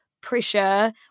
pressure